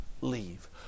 leave